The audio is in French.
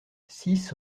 six